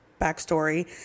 backstory